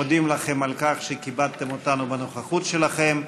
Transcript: אנחנו מודים לכם על כך שכיבדתם אותנו בנוכחות שלכם.